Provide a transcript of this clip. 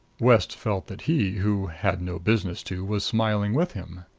west felt that he, who had no business to, was smiling with him.